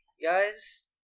Guys